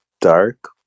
dark